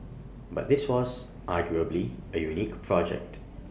but this was arguably A unique project